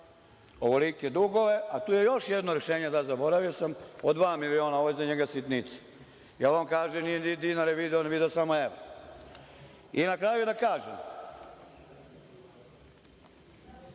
ovolike dugove? Tu je još jedno rešenje, zaboravio sam, od dva miliona, ovo je za njega sitnica. Ja vam kažem, nije on dinare video, on je video samo evre. Na kraju da kažem